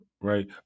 right